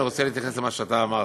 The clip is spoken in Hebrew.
אני רוצה להתייחס למה שאתה אמרת,